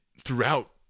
throughout